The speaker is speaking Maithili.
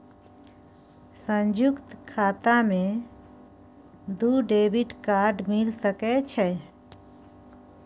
संयुक्त खाता मे दू डेबिट कार्ड मिल सके छै?